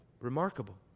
remarkable